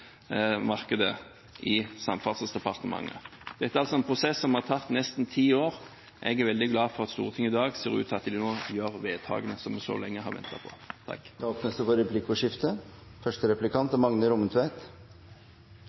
Dette er altså en prosess som har tatt nesten ti år. Jeg er veldig glad for at Stortinget i dag ser ut til å gjøre vedtaket som vi har ventet så lenge på. Det blir replikkordskifte. Eg har lyst til å spørja statsråden om kva det